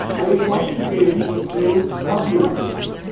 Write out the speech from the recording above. yet once again proclaim it publicly,